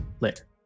later